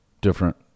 different